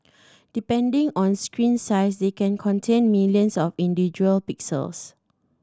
depending on screen size they can contain millions of individual pixels